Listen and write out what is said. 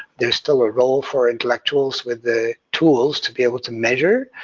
there's still a role for intellectuals with the tools to be able to measure,